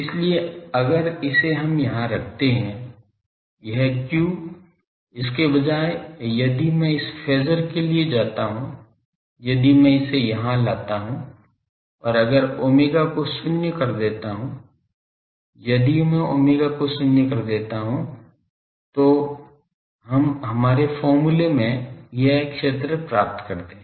इसलिए अगर इसे यहाँ रखते है यह q इसके बजाय यदि मैं इस फेज़र के लिए जाता हूं यदि मैं इसे यहां लाता हूं और अगर omega को शून्य कर देता हूं यदि मैं omega को शून्य कर देता हूं तो हम हमारे फॉर्मूले में यह क्षेत्र प्राप्त करते हैं